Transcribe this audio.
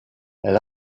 elle